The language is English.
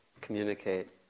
communicate